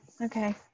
Okay